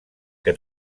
que